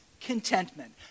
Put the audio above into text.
contentment